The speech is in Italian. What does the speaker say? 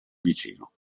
vicino